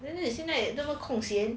then then is you know 那么空闲